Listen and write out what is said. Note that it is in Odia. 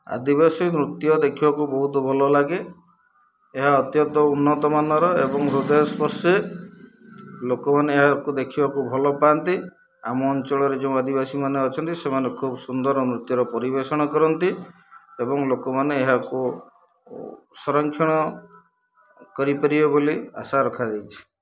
ଆଦିବାସୀ ନୃତ୍ୟ ଦେଖିବାକୁ ବହୁତ ଭଲଲାଗେ ଏହା ଅତ୍ୟନ୍ତ ଉନ୍ନତମାନର ଏବଂ ହୃଦୟସ୍ପର୍ଶୀ ଲୋକମାନେ ଏହାକୁ ଦେଖିବାକୁ ଭଲ ପାଆନ୍ତି ଆମ ଅଞ୍ଚଳରେ ଯୋଉ ଆଦିବାସୀମାନେ ଅଛନ୍ତି ସେମାନେ ଖୁବ ସୁନ୍ଦର ନୃତ୍ୟର ପରିବେଷଣ କରନ୍ତି ଏବଂ ଲୋକମାନେ ଏହାକୁ ସଂରକ୍ଷଣ କରିପାରିବେ ବୋଲି ଆଶା ରଖାଯାଇଛି